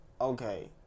okay